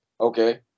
Okay